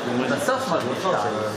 לא, דברים מקצועיים בתחום של השר.